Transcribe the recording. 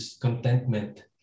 contentment